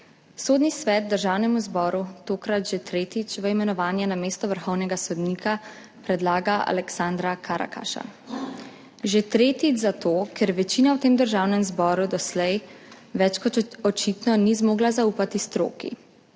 Sodni svet Državnemu zboru tokrat že tretjič v imenovanje na mesto vrhovnega sodnika predlaga Aleksandra Karakaša. Že tretjič zato, ker večina v Državnem zboru doslej več kot očitno ni zmogla zaupati stroki,